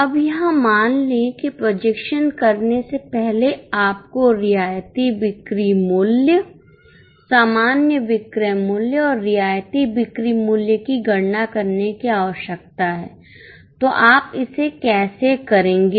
अब यहां मान लें कि प्रोजेक्शन करने से पहले आपको रियायती बिक्री मूल्य सामान्य विक्रय मूल्य और रियायती बिक्री मूल्य की गणना करने की आवश्यकता है तो आप इसे कैसे करेंगे